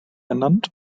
ernannt